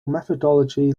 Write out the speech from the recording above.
methodology